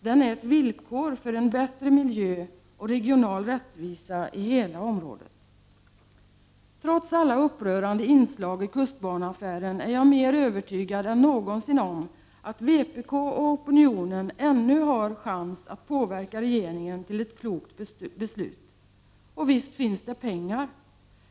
Den är ett villkor för en bättre miljö och regional rättvisa i hela området. Trots alla upprörande inslag i kustbaneaffären är jag mer övertygad än någonsin om att vpk och opinionen ännu har chansen att påverka regeringen till ett klokt beslut. Och visst finns det pengar!